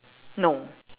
no